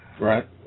right